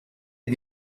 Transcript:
est